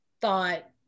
thought